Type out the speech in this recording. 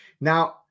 Now